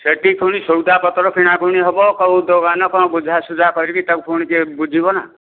ସେଠି ପୁଣି ସଉଦା ପତ୍ର କିଣାକୁୁଣି ହେବ କୋଉ ଦୋକାନ କ'ଣ ବୁଝା ଝା କରିକି ତାକୁ ପୁଣି ଟିକଏ ବୁଝିବ ନା